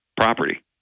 property